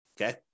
Okay